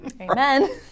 Amen